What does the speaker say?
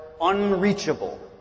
unreachable